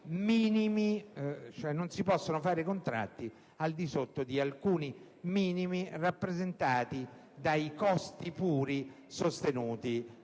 che non si possono stipulare contratti al di sotto di alcuni minimi rappresentati dai costi puri sostenuti